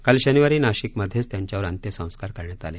काल शनिवारी नाशिकमध्येच त्यांच्यावर अंत्यसस्कार करण्यात आले